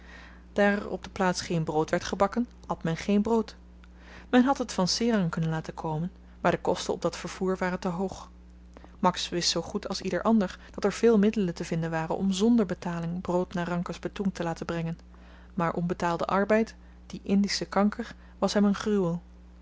daar er op de plaats geen brood werd gebakken at men geen brood men had het van serang kunnen laten komen maar de kosten op dat vervoer waren te hoog max wist zoo goed als ieder ander dat er veel middelen te vinden waren om znder betaling brood naar rangkas betoeng te laten brengen maar onbetaalde arbeid die indische kanker was hem een gruwel